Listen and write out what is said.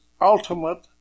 ultimate